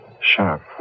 Sharp